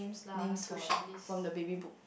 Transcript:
names for from the baby book